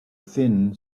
thin